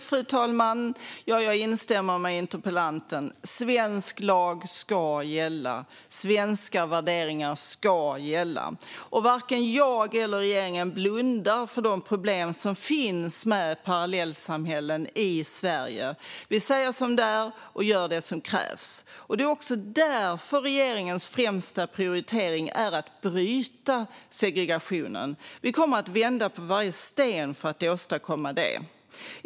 Fru talman! Jag instämmer med interpellanten. Svensk lag ska gälla, och svenska värderingar ska gälla. Varken jag eller regeringen blundar för de problem som finns med parallellsamhällen i Sverige. Vi säger som det är, och gör det som krävs. Det är också därför regeringens främsta prioritering är att bryta segregationen. Vi kommer att vända på varje sten för att åstadkomma det.